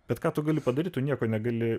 bet ką tu gali padaryti nieko negali